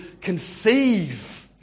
conceive